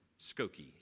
Skokie